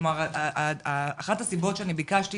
אחת הסיבות שביקשתי